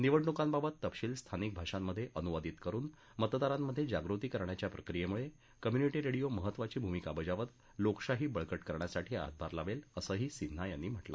निवडणुकांबाबत तपशिल स्थानिक भाषांमध्ये अनुवादित करुन मतदारांमधे जागृती करण्याच्या प्रक्रियेमुळे कम्युनिटी रेडीओ महत्त्वाची भूमिका बजावत लोकशाही बळकट करण्यासाठी हातभार लावेल असं सिन्हा यांनी सांगितलं